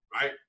Right